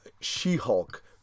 She-Hulk